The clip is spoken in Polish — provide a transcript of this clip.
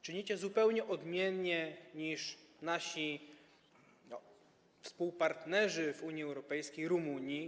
Czynicie zupełnie odmiennie niż nasi współpartnerzy w Unii Europejskiej, Rumuni.